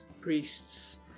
priests